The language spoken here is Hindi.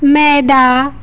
मैदा